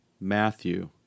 Matthew